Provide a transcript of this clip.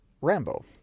Rambo